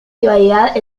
rivalidad